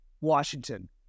Washington